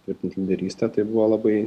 tvirtint lyderystę tai buvo labai